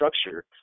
structure